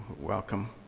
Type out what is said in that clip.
Welcome